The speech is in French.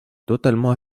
totalement